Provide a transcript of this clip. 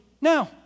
now